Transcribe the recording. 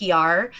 PR